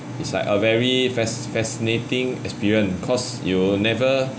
it's like a very fas~ fascinating experience cause you never